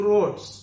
Roads